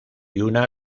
una